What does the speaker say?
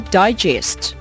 digest